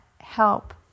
help